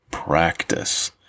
practice